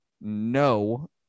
no